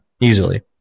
easily